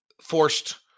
forced